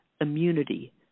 immunity